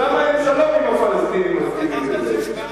אז למה אין שלום אם הפלסטינים מבינים את זה?